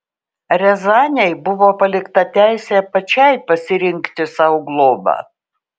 riazanei buvo palikta teisė pačiai pasirinkti sau globą